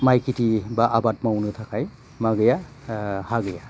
माइ खेथि बा आबाद मावनो थाखाय मा गैया हा गैया